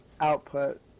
output